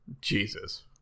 jesus